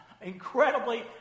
incredibly